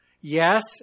Yes